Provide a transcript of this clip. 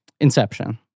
Inception